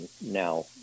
now